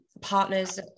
partners